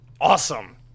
awesome